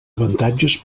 avantatges